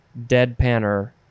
Deadpanner